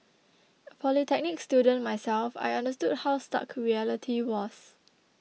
a polytechnic student myself I understood how stark reality was